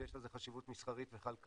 יש לזה חשיבות מסחרית וכלכלית